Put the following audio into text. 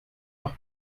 noch